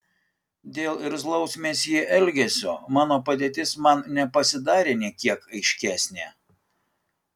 dėl irzlaus mesjė elgesio mano padėtis man nepasidarė nė kiek aiškesnė